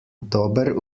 dober